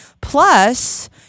plus